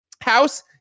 House